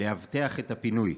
לאבטח את הפינוי.